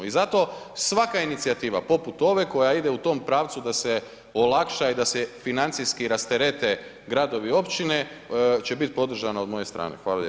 I zato svaka inicijativa poput ove koja ide u tom pravcu da se olakša i da se financijski rasterete gradovi i općine će biti podržana od moje strane.